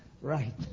Right